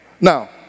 Now